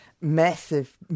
massive